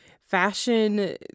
Fashion